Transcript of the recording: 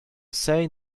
say